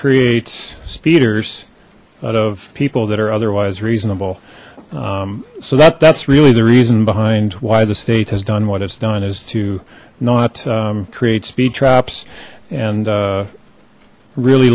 creates speeders out of people that are otherwise reasonable so that that's really the reason behind why the state has done what it's done is to not create speed traps and really